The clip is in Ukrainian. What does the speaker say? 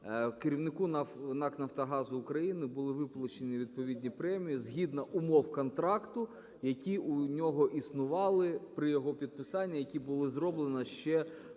керівнику НАК "Нафтагазу України" були виплачені відповідні премії згідно умов контракту, які у нього існували при його підписанні, які були зроблено ще, ну,